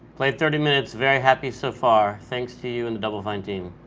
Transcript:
played thirty minutes, very happy so far. thanks to you and the double fine team.